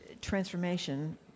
transformation